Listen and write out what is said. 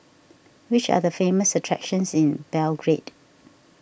which are the famous attractions in Belgrade